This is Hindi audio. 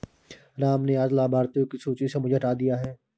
राम ने आज लाभार्थियों की सूची से मुझे हटा दिया है